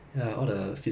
ya correct